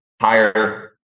higher